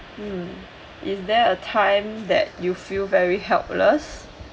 mm is there a time that you feel very helpless